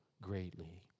greatly